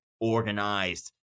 organized